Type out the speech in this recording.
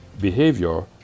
behavior